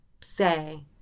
say